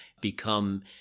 become